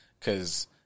Cause